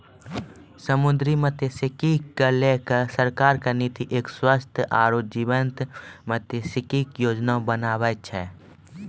समुद्री मत्सयिकी क लैकॅ सरकार के नीति एक स्वस्थ आरो जीवंत मत्सयिकी योजना बनाना छै